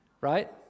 right